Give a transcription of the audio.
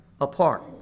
apart